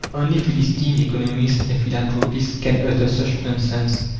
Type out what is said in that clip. only philistine economists and philanthropists can utter such nonsense.